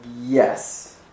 Yes